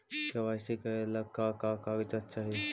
KYC करे ला का का कागजात चाही?